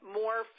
more